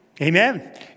amen